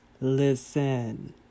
Listen